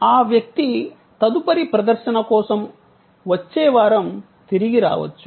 ఆ వ్యక్తి తదుపరి ప్రదర్శన కోసం వచ్చే వారం తిరిగి రావచ్చు